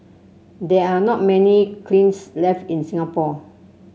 there are not many kilns left in Singapore